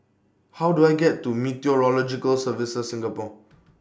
How Do I get to Meteorological Services Singapore